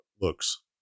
looks